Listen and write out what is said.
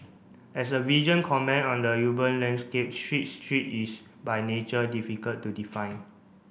as a visual comment on the urban landscape street is by nature difficult to define